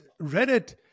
Reddit